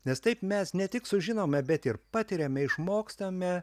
nes taip mes ne tik sužinome bet ir patiriame išmokstame